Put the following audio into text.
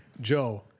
Joe